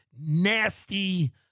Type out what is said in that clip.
nasty